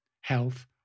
health